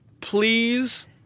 please